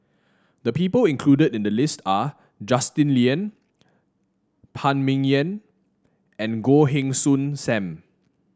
the people included in the list are Justin Lean Phan Ming Yen and Goh Heng Soon Sam